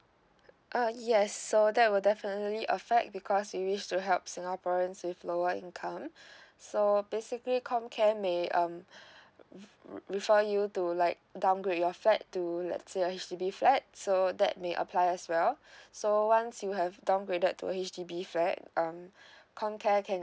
uh yes so that will definitely affect because we wish to help singaporeans with lower income so basically ComCare may um re~ refer you to like downgrade your flat to let's say a H_D_B flat so that may apply as well so once you have downgraded to H_D_B flat um ComCare can